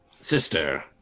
Sister